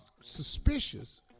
suspicious